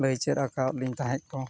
ᱞᱟᱹᱭ ᱪᱮᱫ ᱟᱠᱟᱣᱟᱫ ᱞᱤᱧ ᱛᱟᱦᱮᱫ ᱠᱚ